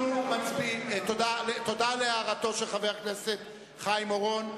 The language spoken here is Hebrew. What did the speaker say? תודה על הערתו של חבר הכנסת חיים אורון,